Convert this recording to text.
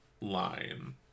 line